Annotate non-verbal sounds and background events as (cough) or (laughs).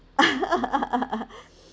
(laughs)